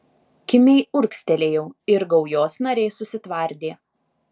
kimiai urgztelėjau ir gaujos nariai susitvardė